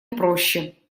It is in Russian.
проще